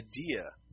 idea